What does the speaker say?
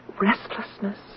restlessness